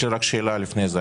יש לי רק שאלה לפני זה.